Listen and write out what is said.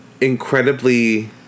incredibly